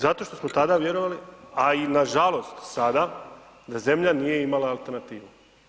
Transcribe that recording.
Zato što smo tada vjerovali, a i nažalost sada da zemlja nije imala alternativu.